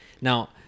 Now